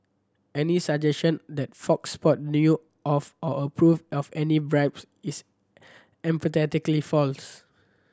any suggestion that Fox Sport knew of or approved of any bribes is emphatically false